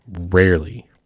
rarely